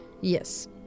Yes